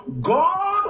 God